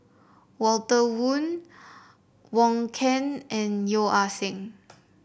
Walter Woon Wong Keen and Yeo Ah Seng